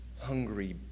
hungry